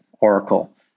Oracle